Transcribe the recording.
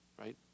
Right